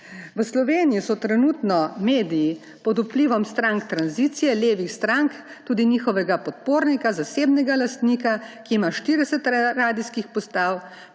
V Sloveniji so trenutno mediji pod vplivom strank tranzicije, levih strank, tudi njihovega podpornika, zasebnega lastnika, ki ima 40 radijskih postaj,